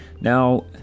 Now